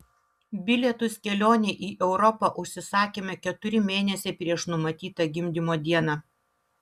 bilietus kelionei į europą užsisakėme keturi mėnesiai prieš numatytą gimdymo dieną